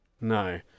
no